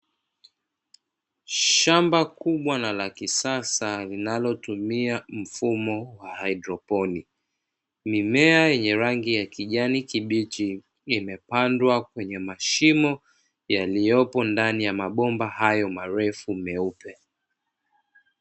Shamba kubwa na la kisasa, linalotumia mfumo wa haidroponi, na mimea yenye rangi ya kijani kibichi, imepandwa kwenye mashimo yaliyopo ndani ya mabomba hayo marefu meupe.